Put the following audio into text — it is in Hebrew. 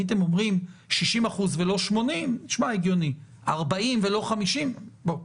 אם הייתם אומרים 60% ולא 80% זה היה נשמע הגיוני; 40% ולא 50% - בוא.